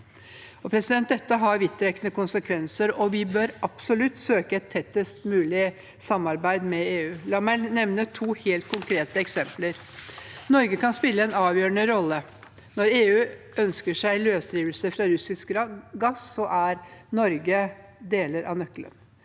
Dette har vidtrekkende konsekvenser, og vi bør absolutt søke et tettest mulig samarbeid med EU. La meg nevne to helt konkrete eksempler på at Norge kan spille en avgjørende rolle. Når EU ønsker seg løsrivelse fra russisk gass, er Norge en del av nøkkelen.